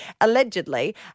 Allegedly